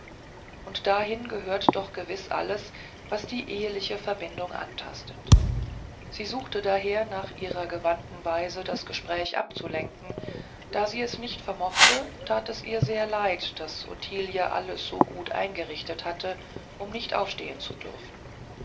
und dahin gehört doch gewiß alles was die eheliche verbindung antastet sie suchte daher nach ihrer gewandten weise das gespräch abzulenken da sie es nicht vermochte tat es ihr leid daß ottilie alles so gut eingerichtet hatte um nicht aufstehen zu dürfen